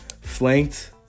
flanked